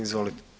Izvolite.